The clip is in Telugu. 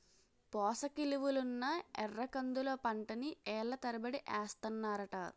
పోసకిలువలున్న ఎర్రకందుల పంటని ఏళ్ళ తరబడి ఏస్తన్నారట